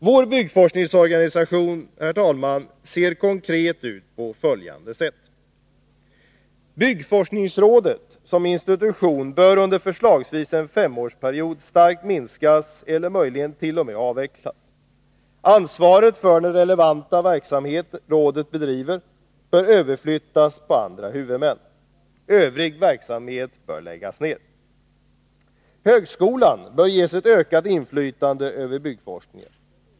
Vår byggforskningsorganisation, herr talman, ser konkret ut på följande sätt: Byggforskningsrådet som institution bör under förslagsvis en femårsperiod starkt minskas eller möjligen t.o.m. avvecklas. Ansvaret för den relevanta verksamhet rådet bedriver bör överflyttas på andra huvudmän. Övrig verksamhet bör läggas ned. Högskolan bör ges ett ökat inflytande över byggforskningen.